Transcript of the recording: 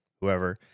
whoever